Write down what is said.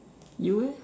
you eh